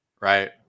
Right